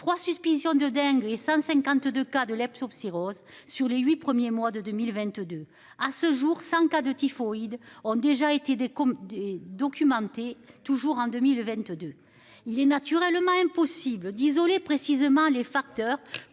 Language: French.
3. Suspicion de Deng et 152 cas de l'Epshom cirrhose. Sur les 8 premiers mois de 2022 à ce jour 100 cas de typhoïde ont déjà été des comme des documenté toujours en 2022, il est naturellement impossible d'isoler précisément les facteurs